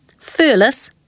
Furless